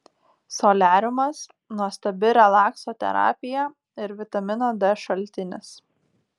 soliariumas nuostabi relakso terapija ir vitamino d šaltinis